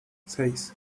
seis